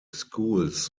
schools